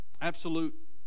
Absolute